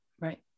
Right